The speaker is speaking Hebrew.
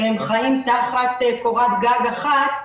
שחיים תחת קורת גג אחת,